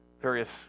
various